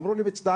אמרו לי מצטערים,